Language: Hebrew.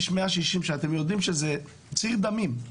אתם יודעים שכביש 160 שהוא ציר דמים,